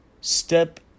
Step